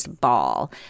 ball